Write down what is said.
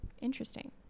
interesting